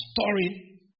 story